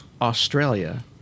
Australia